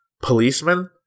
policeman